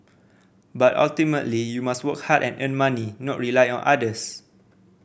but ultimately you must work hard and earn money not rely on others